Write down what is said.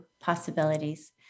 possibilities